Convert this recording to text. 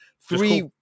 three